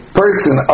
person